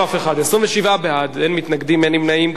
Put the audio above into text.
ובכן, 26 בעד, אין מתנגדים, אין נמנעים.